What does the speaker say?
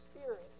Spirit